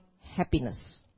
happiness